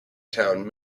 town